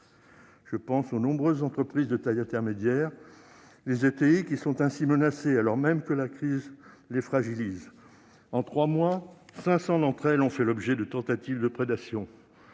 Je pense aux nombreuses entreprises de taille intermédiaire (ETI), qui sont ainsi menacées, alors même que la crise les fragilise. En trois mois, 500 d'entre elles ont fait l'objet de tentatives de prédation.